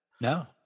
No